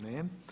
Ne.